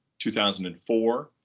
2004